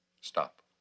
Stop